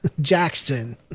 Jackson